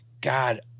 God